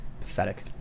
pathetic